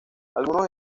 algunos